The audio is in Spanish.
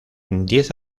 diez